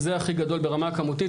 זה הכי גדול ברמה הכמותית,